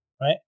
right